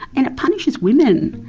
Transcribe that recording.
and it punishes women,